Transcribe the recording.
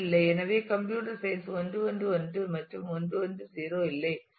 எனவேகம்ப்யூட்டர் science 1 1 1 மற்றும் 1 1 0 இல்லை